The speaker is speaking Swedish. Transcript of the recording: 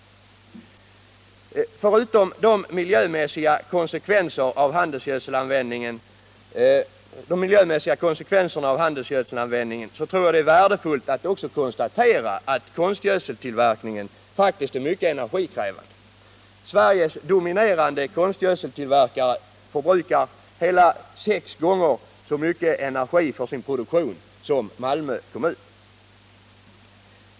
Jag tror att det är värdefullt att konstatera inte bara att det finns miljömässiga konsekvenser av handelsgödselanvändningen utan också att konstgödseltillverkningen är mycket energikrävande. Sveriges dominerande konstgödseltillverkare förbrukar sålunda hela sex gånger så mycket energi som Malmö kommun.